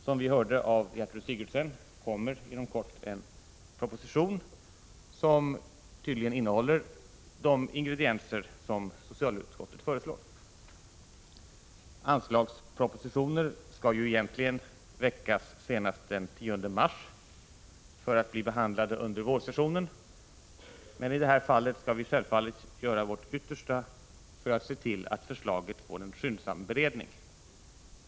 Som vi hörde från Gertrud Sigurdsen kommer inom kort en proposition som tydligen innehåller de ingredienser som socialutskottet föreslår. Anslagspropositioner skall ju egentligen väckas senast den 10 mars för att bli behandlade under vårsessionen, men i det här fallet skall vi självfallet göra vårt yttersta för att se till att förslaget får en skyndsam beredning.